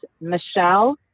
Michelle